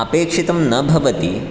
अपेक्षितं न भवति